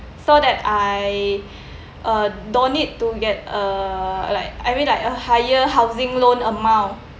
so that I uh don't need to get uh like I mean like a higher housing loan amount